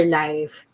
life